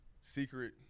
Secret